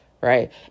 right